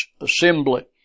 assembly